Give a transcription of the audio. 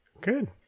good